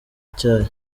icyayi